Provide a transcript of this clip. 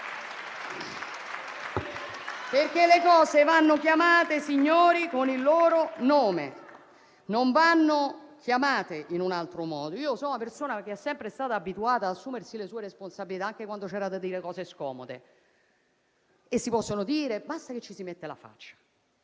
perché le cose vanno chiamate con il loro nome, signori; non vanno chiamate in un altro modo. Io sono una persona da sempre abituata ad assumersi le proprie responsabilità, anche quando c'erano da dire cose scomode, che si possono dire, basta che si metta la faccia.